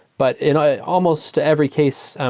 but in ah almost every case,